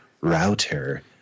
router